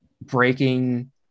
breaking